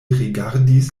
rigardis